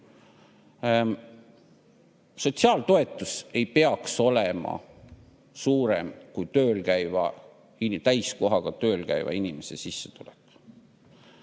Sotsiaaltoetus ei peaks olema suurem täiskohaga tööl käiva inimese sissetulek.